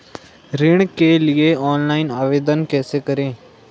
ऋण के लिए ऑनलाइन आवेदन कैसे करें?